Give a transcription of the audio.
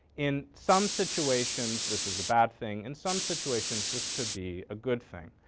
in some situations this is a bad thing, in some situations this could be a good thing.